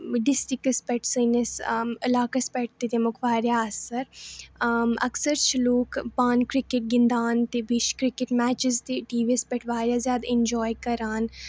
ڈِسٹرکَس پٮ۪ٹھ سٲنِس علاقَس پٮ۪ٹھ تہِ تَمیُک واریاہ اَثر اَکثر چھِ لوٗکھ پانہٕ کِرکٹ گِنٛدان تہٕ بیٚیہِ چھِ کِرکٹ میچِز تہِ ٹی وِیَس پٮ۪ٹھ واریاہ زیادٕ انٛجاے کَران